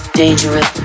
dangerous